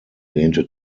lehnte